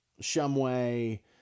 Shumway